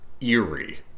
eerie